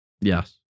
Yes